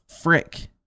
frick